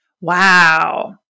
wow